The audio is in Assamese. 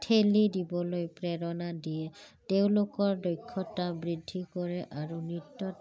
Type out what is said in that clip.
ঠেলি দিবলৈ প্ৰেৰণা দিয়ে তেওঁলোকৰ দক্ষতা বৃদ্ধি কৰে আৰু নৃত্যত